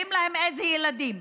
קובעים להן איזה ילדים,